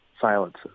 silences